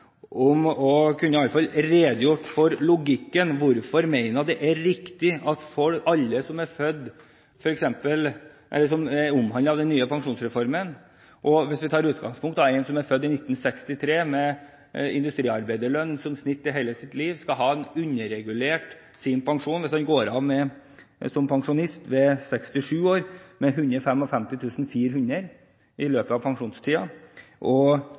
å redegjøre for logikken. Hvis vi tar utgangspunkt i at en person som er født i 1963, med industriarbeiderlønn som snitt i hele sitt liv, skal ha underregulert sin pensjon hvis vedkommende går av som pensjonist ved 67 år, med 155 400 kr i løpet av